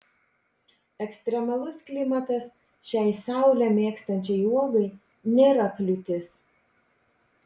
ekstremalus klimatas šiai saulę mėgstančiai uogai nėra kliūtis